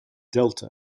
delta